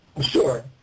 Sure